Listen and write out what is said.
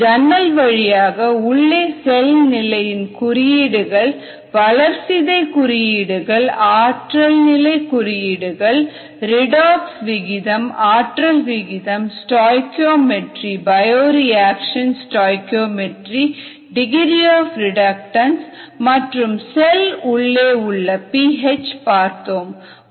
பிறகு ஜன்னல் வழியாக உள்ளே செல் நிலையின் குறியீடுகள் வளர்சிதை குறியீடுகள் ஆற்றல் நிலை குறியீடுகள் ரிடாக்ஸ் விகிதம் ஆற்றல் விகிதம் stoichiometry bioreaction stoichiometry degree of reductance மற்றும் செல் உள்ளே உள்ள பி ஹெச் பார்த்தோம்